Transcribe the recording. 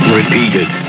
repeated